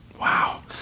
Wow